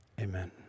amen